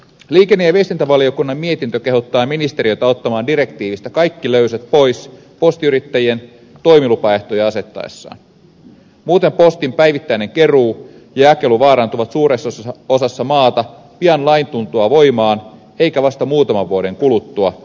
liikenne ja viestintävaliokunnan mietintö kehottaa ministeriötä ottamaan direktiivistä kaikki löysät pois postiyrittäjien toimilupaehtoja asettaessaan muuten postin päivittäinen keruu ja jakelu vaarantuvat suuressa osassa maata pian lain tultua voimaan eikä vasta muutaman vuoden kuluttua